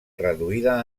reduïda